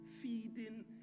feeding